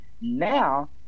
now